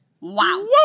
Wow